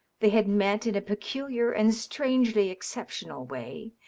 they had met in a peculiar and strangely exceptional way.